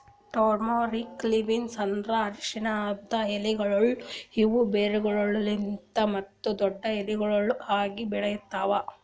turmeric leaves ಅಂದುರ್ ಅರಶಿನದ್ ಎಲೆಗೊಳ್ ಇವು ಬೇರುಗೊಳಲಿಂತ್ ಮತ್ತ ದೊಡ್ಡು ಎಲಿಗೊಳ್ ಆಗಿ ಬೆಳಿತಾವ್